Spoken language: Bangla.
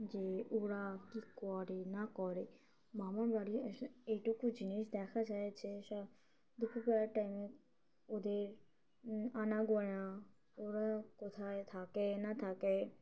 যে ওরা কী করে না করে মামারবাড়ি আসলে এইটুকু জিনিস দেখা যায় যে সব দুপুরবেলার টাইমে ওদের আনাগোনা ওরা কোথায় থাকে না থাকে